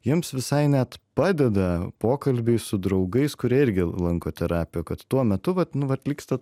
jiems visai net padeda pokalbiai su draugais kurie irgi lanko terapiją kad tuo metu vat nu vat vyksta